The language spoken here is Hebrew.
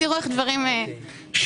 תראו איך דברים ענייניים.